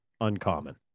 uncommon